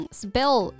spell